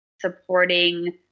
supporting